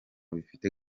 bifite